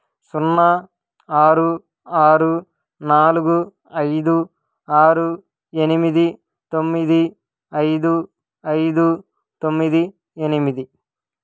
సున్నా ఆరు ఆరు నాలుగు ఐదు ఆరు ఎనిమిది తొమ్మిది ఐదు ఐదు తొమ్మిది ఎనిమిది